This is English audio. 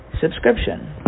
subscription